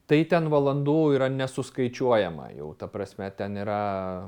tai ten valandų yra nesuskaičiuojama jau ta prasme ten yra